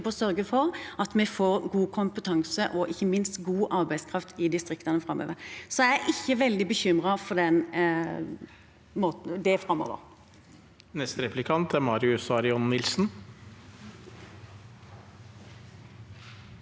å sørge for at vi får god kompetanse og ikke minst god arbeidskraft i distriktene framover. Jeg er ikke veldig bekymret for det framover. Marius Arion Nilsen